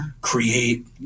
create